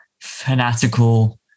fanatical